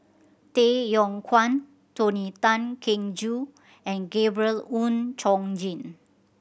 Tay Yong Kwang Tony Tan Keng Joo and Gabriel Oon Chong Jin